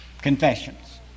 confessions